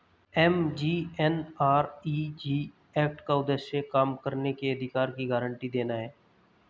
MGNREG act का उद्देश्य काम करने के अधिकार की गारंटी देना है